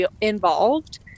involved